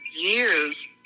years